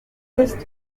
test